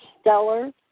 Stellar